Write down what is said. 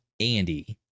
Andy